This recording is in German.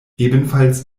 ebenfalls